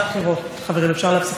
בדומה לחברתי,